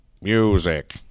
music